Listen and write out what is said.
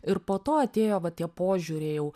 ir po to atėjo va tie požiūriai jau